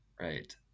Right